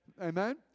Amen